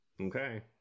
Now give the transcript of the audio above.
Okay